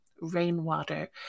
rainwater